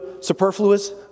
superfluous